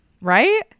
Right